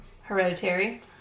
Hereditary